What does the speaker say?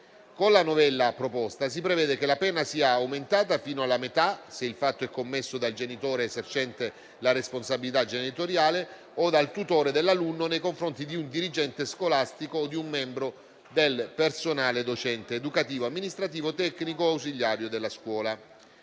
Con la novella proposta si prevede che la pena sia aumentata fino alla metà se il fatto è commesso dal genitore esercente la responsabilità genitoriale o dal tutore dell'alunno nei confronti di un dirigente scolastico o di un membro del personale docente, educativo, amministrativo, tecnico o ausiliario della scuola.